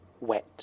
wet